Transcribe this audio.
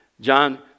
John